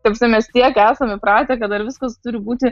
ta prasme mes tiek esam įpratę kad dar viskas turi būti